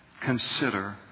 consider